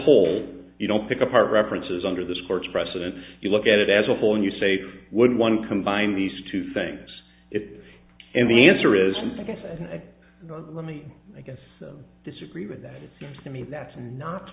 whole you don't pick apart references under this court's precedent you look at it as a whole and you say wouldn't one combine these two things if and the answer is yes and let me i guess disagree with that it seems to me that's not